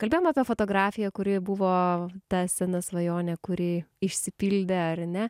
kalbėjom apie fotografiją kuri buvo ta sena svajonė kuri išsipildė ar ne